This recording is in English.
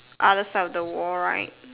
other side of the wall right